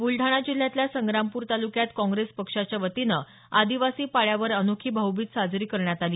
ब्रलडाणा जिल्ह्यातल्या संग्रामपूर तालुक्यात काँग्रेस पक्षाच्या वतीनं आदिवासी पाड्यावर अनोखी भाऊबीज साजरी करण्यात आली